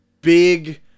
big